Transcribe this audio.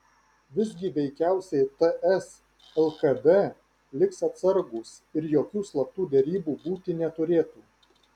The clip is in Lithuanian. visgi veikiausiai ts lkd liks atsargūs ir jokių slaptų derybų būti neturėtų